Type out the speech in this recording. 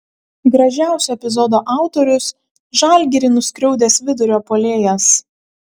gražiausio epizodo autorius žalgirį nuskriaudęs vidurio puolėjas